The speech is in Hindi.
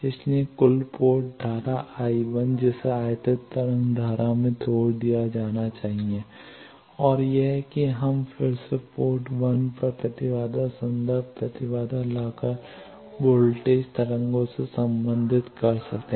इसलिए कुल पोर्ट धारा I1 जिसे आयातित धारा तरंग में तोड़ दिया जाना चाहिए और यह कि हम फिर से पोर्ट 1 पर प्रतिबाधा संदर्भ प्रतिबाधा लाकर वोल्टेज तरंगों से संबंधित कर सकते हैं